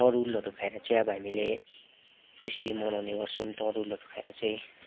तरुलहरू खाएर चाहिँ अब हामीले त्यसरी मनाउने गर्छौँ तरुलहरू खाएर चाहिँ